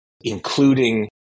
including